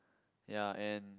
ya and